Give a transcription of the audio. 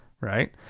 right